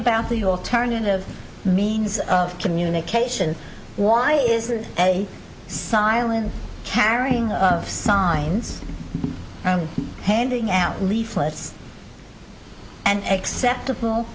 about the alternative means of communication why isn't a silent carrying of signs and handing out leaflets and acceptable